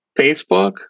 Facebook